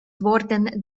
worden